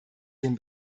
den